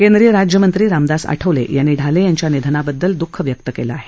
केंद्रीय राज्यमंत्री रामदास आठवले यांनी ढाले यांच्या निधनाबद्दल द्ःख व्यक्त केलं आहे